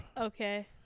okay